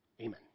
Amen